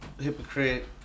Hypocrite